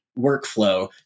workflow